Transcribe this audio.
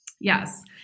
Yes